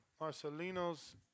Marcelino's